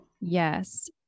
Yes